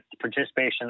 participation